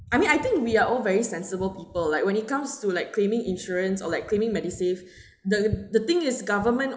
I mean I think we are all very sensible people like when it comes to like claiming insurance or like claiming medisave the the thing is government